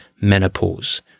menopause